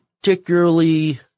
particularly